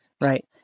right